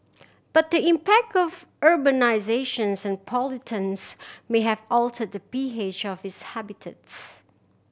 but impact of urbanisation and pollutants may have altered the P H of its habitats